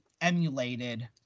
emulated